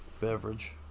beverage